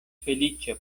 feliĉa